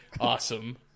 awesome